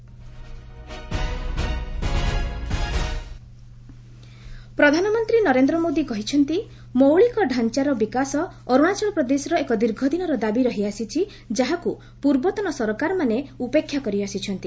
PM Arunachal ପ୍ରଧାନମନ୍ତ୍ରୀ ନରେନ୍ଦ୍ର ମୋଦି କହିଛନ୍ତି ମୌଳିକ ଡ଼ାଞ୍ଚାର ବିକାଶ ଅରୁଣାଚଳ ପ୍ରଦେଶର ଏକ ଦୀର୍ଘଦିନର ଦାବି ରହିଆସିଛି ଯାହାକୁ ପୂର୍ବତନ ସରକାରମାନେ ଉପେକ୍ଷା କରିଆସିଛନ୍ତି